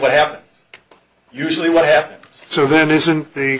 what happens usually what happens so then isn't the